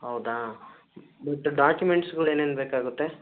ಹೌದಾ ಬಟ್ ಡಾಕ್ಯೂಮೆಂಟ್ಸ್ಗಳ್ ಏನೇನು ಬೇಕಾಗುತ್ತೆ